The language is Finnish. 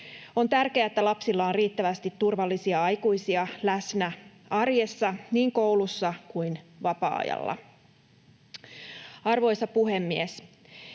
On tärkeää, että lapsilla on riittävästi turvallisia aikuisia läsnä arjessa niin koulussa kuin vapaa-ajalla. Arvoisa puhemies!